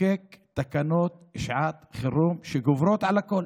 לחוקק תקנות שעת חירום שגוברות על הכול,